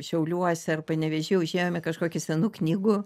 šiauliuose ar panevėžy užėjom į kažkokį senų knygų